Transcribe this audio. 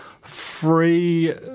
free